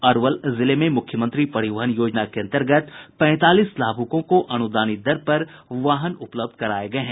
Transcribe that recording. अरवल जिले में मुख्यमंत्री परिवहन योजना के अंतर्गत पैंतालीस लाभुकों को अनुदानित दर पर वाहन उपलब्ध कराये गये हैं